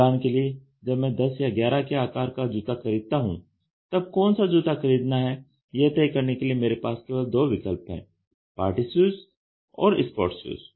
उदाहरण के लिए जब मैं 10 या 11 के आकार संख्या का जूता खरीदता हूं तब कौन सा जूता खरीदना है यह तय करने के लिए मेरे पास केवल दो विकल्प है पार्टी शूज और स्पोर्ट्स शूज